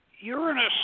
Uranus